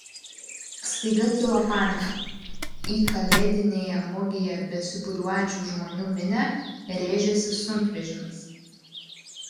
staiga kilo panika į kalėdinėje mugėje besibūriuojančių žmonių minią rėžėsi sunkvežimis